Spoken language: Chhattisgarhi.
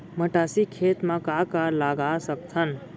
मटासी खेत म का का लगा सकथन?